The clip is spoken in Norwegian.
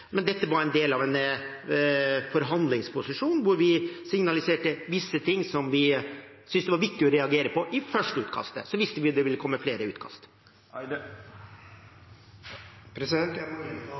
men dette var en del av en forhandlingsposisjon hvor vi signaliserte visse ting som vi syntes det var viktig å reagere på i førsteutkastet. Så visste vi det ville komme flere utkast.